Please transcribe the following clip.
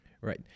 Right